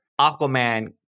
Aquaman